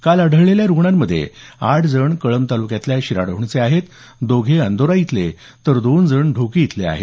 काल आढळलेल्या रुग्णांमध्ये आठ जण कळंब तालुक्यातल्या शिराढोणचे आहेत दोघे जण अंदोरा इथले तर दोन जण ढोकी इथले आहेत